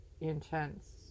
intense